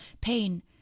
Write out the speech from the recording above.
pain